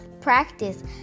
practice